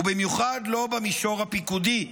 ובמיוחד לא במישור הפיקודי.